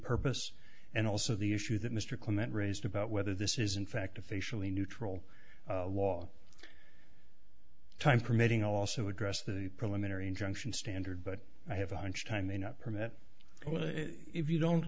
purpose and also the issue that mr clement raised about whether this is in fact officially neutral law time permitting also address the preliminary injunction standard but i have a hunch time may not permit if you don't